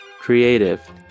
Creative